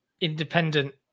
independent